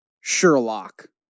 Sherlock